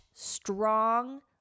strong